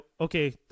okay